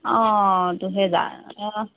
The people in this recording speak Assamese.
অঁ দুহেজা